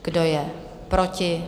Kdo je proti?